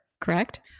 correct